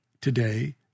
Today